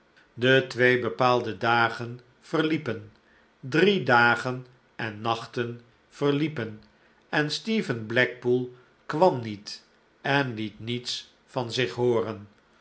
de twee bepaalde dagen verliepen drie dagen en nachten verliepen en stephen blackpool kwam niet en liet niets van zichhooren